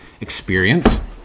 experience